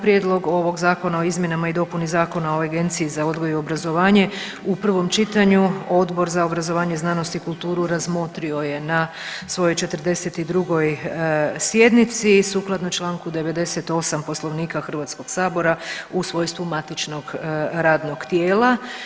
Prijedlog ovog zakona o izmjenama i dopunama Zakona o Agenciji za odgoj i obrazovanje u prvom čitanju Odbor za obrazovanje, znanost i kulturu razmotrio je na svojoj 42. sjednici i sukladno čl. 98. poslovnika HS-a u svojstvu matičnog radnog tijela.